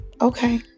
okay